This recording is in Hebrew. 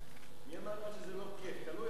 מי אמר לך שזה לא כיף, תלוי באיזה מהירות.